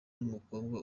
n’umukobwa